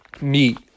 meat